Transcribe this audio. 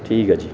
ٹھیک ہے جی